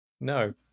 No